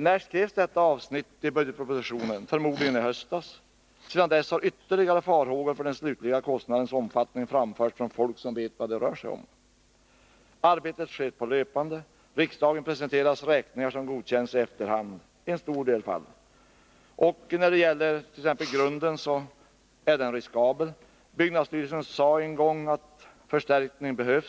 När skrevs det aktuella avsnittet i budgetpropositionen? Förmodligen i höstas. Sedan dess har ytterligare farhågor beträffande den slutliga kostnadens omfattning framförts från folk som vet vad det rör sig om. Arbetet sker på löpande räkning. Riksdagen presenteras räkningar som i en stor del av fallen godkänns i efterhand. Grundförhållandena är riskabla. Byggnadsstyrelsen sade en gång att det behövs en förstärkning av grunden.